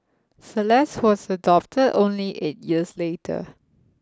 Celeste was adopted only eight years later